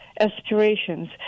aspirations